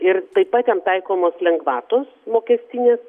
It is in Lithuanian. ir taip pat jam taikomos lengvatos mokestinės